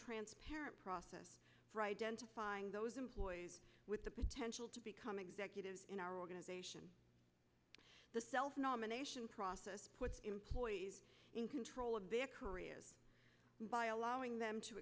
transparent process for identifying those employees with the potential to become executives in our organization the self nomination process puts employees in control of their koreas by allowing them to